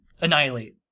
annihilate